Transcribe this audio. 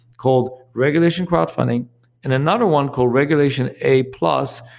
called regulation crowdfunding and another one called regulation a plus,